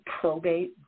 probate